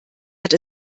hat